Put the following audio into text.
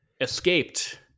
escaped